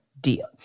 deal